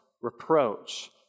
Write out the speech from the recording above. reproach